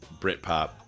Britpop